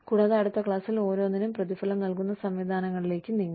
കൂടാതെ അടുത്ത ക്ലാസിൽ ഓരോന്നിനും പ്രതിഫലം നൽകുന്ന സംവിധാനങ്ങളിലേക്ക് നീങ്ങും